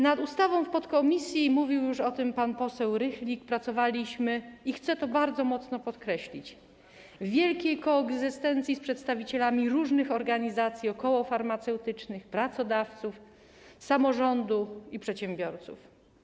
Nad ustawą w podkomisji, mówił już o tym pan poseł Rychlik, pracowaliśmy, i chcę to bardzo mocno podkreślić, w wielkiej koegzystencji z przedstawicielami różnych organizacji okołofarmaceutycznych, pracodawców, samorządu i przedsiębiorców.